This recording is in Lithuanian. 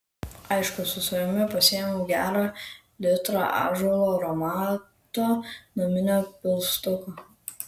aišku su savimi pasiėmiau gerą litrą ąžuolo aromato naminio pilstuko